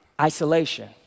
isolation